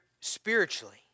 spiritually